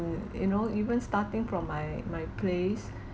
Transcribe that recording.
you know even starting from my my place